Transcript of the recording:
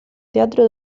teatro